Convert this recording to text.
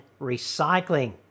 recycling